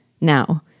Now